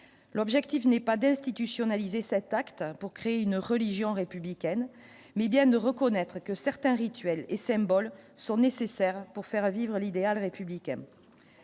l'objectif n'est pas d'institutionnaliser cet acte pour créer une religion républicaine, mais bien de reconnaître que certains rituels et symboles sont nécessaires pour faire vivre l'idéal républicain,